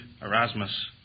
Erasmus